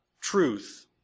truth